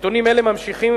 נתונים אלה ממחישים